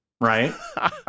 right